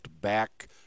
back